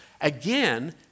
again